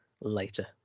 later